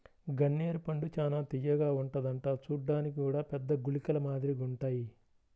గన్నేరు పండు చానా తియ్యగా ఉంటదంట చూడ్డానికి గూడా పెద్ద గుళికల మాదిరిగుంటాయ్